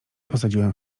posadziłem